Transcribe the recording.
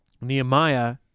Nehemiah